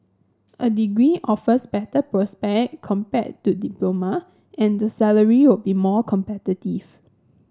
a degree offers better prospect compared to diploma and the salary will be more competitive